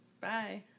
Bye